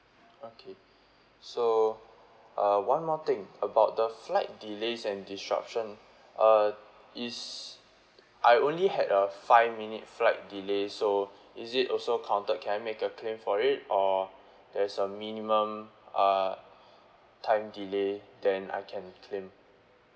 okay so uh one more thing about the flight delays and disruption uh is I only had a five minute flight delay so is it also counted can I make a claim for it or there's a minimum uh time delay then I can claim